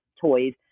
toys